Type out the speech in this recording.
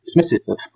dismissive